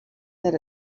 that